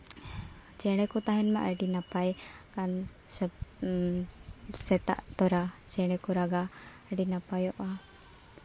ᱪᱮᱬᱮ ᱠᱚ ᱛᱟᱦᱮᱱ ᱢᱟ ᱟᱹᱰᱤ ᱱᱟᱯᱟᱭ ᱠᱟᱱ ᱥᱚᱵ ᱥᱮᱛᱟᱜ ᱛᱚᱨᱟ ᱪᱮᱬᱮ ᱠᱚ ᱨᱟᱜᱟ ᱟᱹᱰᱤ ᱱᱟᱯᱟᱭᱚᱜᱼᱟ